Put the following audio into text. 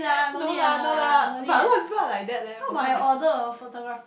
no lah no lah but a lot people like that leh for some reason